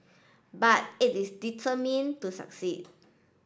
but it is determined to succeed